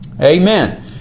Amen